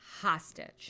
hostage